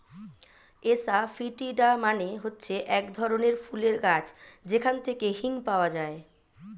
asafoetida মানে হচ্ছে এক ধরনের ফুলের গাছ যেখান থেকে হিং পাওয়া যায়